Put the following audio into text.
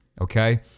Okay